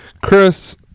Chris